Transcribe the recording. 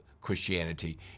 Christianity